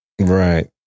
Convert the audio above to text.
Right